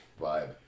vibe